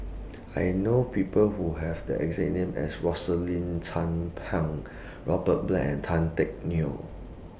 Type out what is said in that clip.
I know People Who Have The exact name as Rosaline Chan Pang Robert Black and Tan Teck Neo